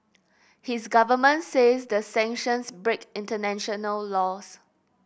his government says the sanctions break international laws